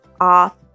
off